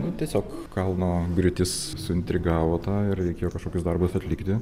nu tiesiog kalno griūtis suintrigavo tą ir reikėjo kažkokius darbus atlikti